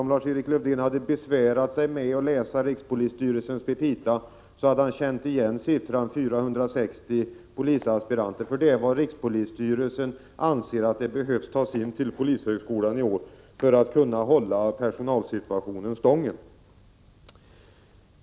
Om Lars-Erik Lövdén hade besvärat sig med att läsa rikspolisstyrelsens petita hade han känt igen siffran 460 polisaspiranter — det är det antal rikspolisstyrelsen anser behöver tas in till polishögskolan i år för att man skall kunna klara personalsituationen.